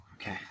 Okay